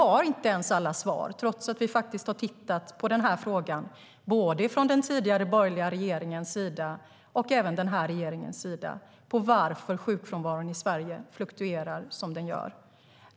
Trots att både den tidigare borgerliga regeringen och den här regeringen har tittat på det har vi inte alla svar på frågan varför sjukfrånvaron i Sverige fluktuerar som den gör.